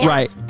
Right